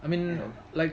I mean like